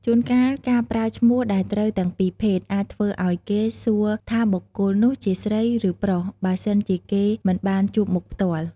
ជួនកាលការប្រើឈ្មោះដែលត្រូវទាំងពីរភេទ អាចធ្វើឱ្យគេសួរថាបុគ្គលនោះជាស្រី ឬ ប្រុស បើសិនជាគេមិនបានជួបមុខផ្ទាល់។